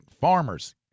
Farmers